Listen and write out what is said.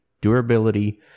durability